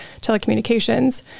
telecommunications